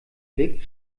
blick